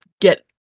get